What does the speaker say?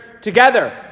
together